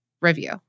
review